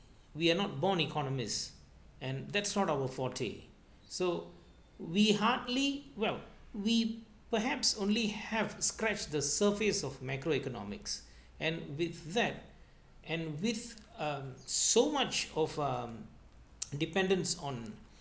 we are not born economists and that's not our forte so we hardly well we perhaps only have scratched the surface of macro economics and with them and with um so much of um dependence on